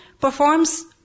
performs